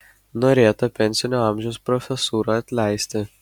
norėta pensinio amžiaus profesūrą atleisti